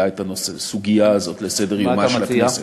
את הסוגיה הזו על סדר-יומה של הכנסת.